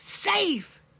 Safe